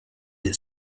its